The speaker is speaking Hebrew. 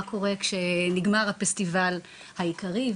מה קורה כשנגמר הפסטיבל העיקרי,